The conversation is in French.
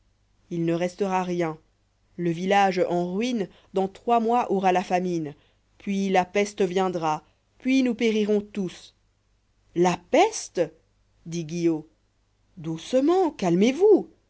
il ne restera rien le village en ruina dans trois mois aura la famine puis la peste viendra puis nous périrons tous la peste dit guillot doucement calmez trous